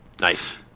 Nice